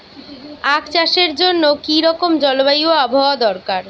আখ চাষের জন্য কি রকম জলবায়ু ও আবহাওয়া দরকার?